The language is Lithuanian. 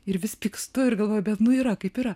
ir vis pykstu ir galvoju bet nu yra kaip yra